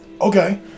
Okay